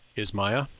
is maya?